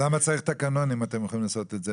אז למה צריך תקנות אם אתם יכולים לעשות את זה?